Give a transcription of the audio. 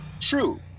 True